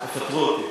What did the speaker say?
יפטרו אותי,